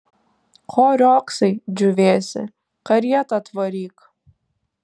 ko riogsai džiūvėsi karietą atvaryk